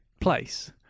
place